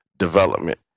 development